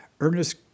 Ernest